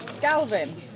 Galvin